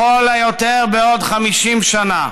לכל היותר בעוד 50 שנה,